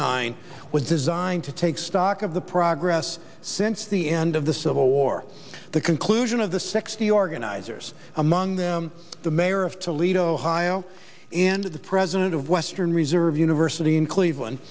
nine with designed to take stock of the progress since the end of the civil war the conclusion of the sixty organizers among them the mayor of toledo ohio and the president of western reserve university in cleveland